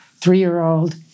three-year-old